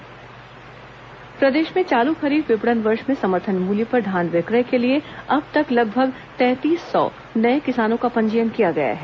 धान खरीदी पंजीयन प्रदेश में चालू खरीफ विपणन वर्ष में समर्थन मूल्य पर धान विक्रय के लिए अब तक लगभग तैंतीस सौ नए किसानों का पंजीयन किया गया है